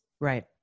right